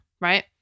Right